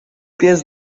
pies